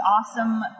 awesome